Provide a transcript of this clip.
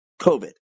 COVID